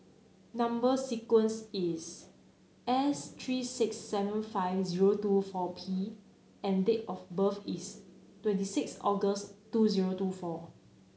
number sequence is S three six seven five zero two four P and date of birth is twenty six August two zero two four